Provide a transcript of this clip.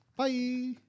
Bye